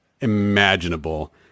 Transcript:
imaginable